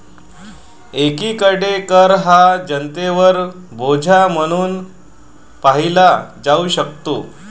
एकीकडे कर हा जनतेवर बोजा म्हणून पाहिला जाऊ शकतो